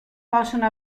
possono